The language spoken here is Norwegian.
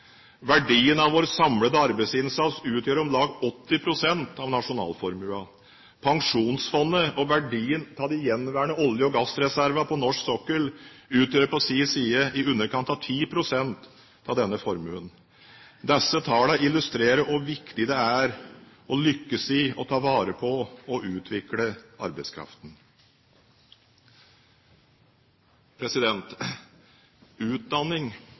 Verdien av vår samlede arbeidsinnsats utgjør om lag 80 pst. av nasjonalformuen. Pensjonsfondet og verdien av de gjenværende olje- og gassreservene på norsk sokkel utgjør på sin side i underkant av 10 pst. av denne formuen. Disse tallene illustrerer hvor viktig det er å lykkes i å ta vare på og utvikle arbeidskraften. Utdanning